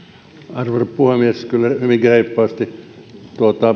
arvoisa puhemies kyllä hyvinkin reippaasti